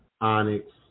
onyx